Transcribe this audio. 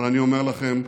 אבל אני אומר לכם,